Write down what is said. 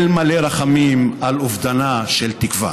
/ אל מלא רחמים על אובדנה של תקווה.